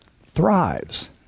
thrives